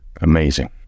Amazing